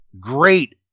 great